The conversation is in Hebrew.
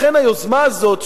לכן היוזמה הזאת,